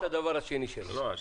השני שלו.